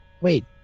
Wait